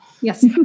Yes